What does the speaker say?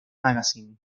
magazine